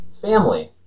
family